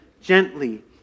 gently